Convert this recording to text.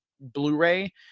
blu-ray